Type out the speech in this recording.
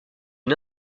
une